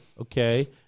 Okay